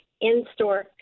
in-store